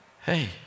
hey